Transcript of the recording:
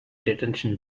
detention